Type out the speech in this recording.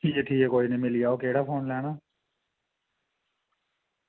ठीक ऐ ठीक ऐ मिली जाह्ग फोन केह्ड़ा फोन लैना ऐ